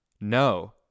No